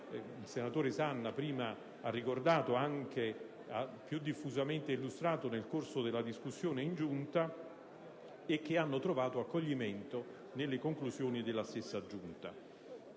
il senatore Sanna ha prima ricordato e più diffusamente illustrato nel corso della discussione in Giunta, e che hanno trovato accoglimento nelle conclusioni della stessa.